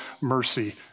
mercy